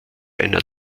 einer